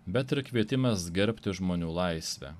bet ir kvietimas gerbti žmonių laisvę